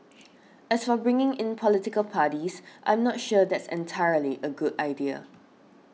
as for bringing in political parties I'm not sure that's entirely a good idea